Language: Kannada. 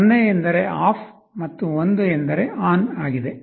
0 ಎಂದರೆ ಆಫ್ ಮತ್ತು 1 ಎಂದರೆ ಆನ್ ಆಗಿದೆ